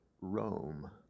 Rome